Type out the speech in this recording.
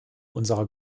unserer